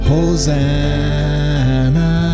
Hosanna